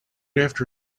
after